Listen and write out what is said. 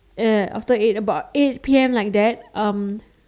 ya ya after eight about eight P_M like that um